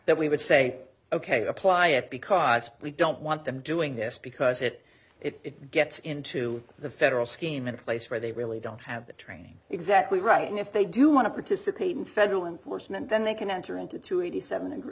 that we would say ok apply it because we don't want them doing this because it it gets into the federal scheme in a place where they really don't have the training exactly right and if they do want to participate in federal enforcement then they can enter into to eighty seven and